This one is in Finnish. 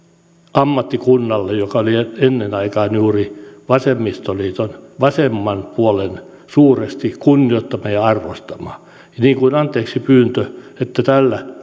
ammattikunnalle joka oli ennen aikaan juuri vasemmistoliiton vasemman puolen suuresti kunnioittama ja arvostama niin kuin anteeksipyyntö